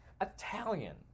Italian